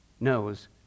knows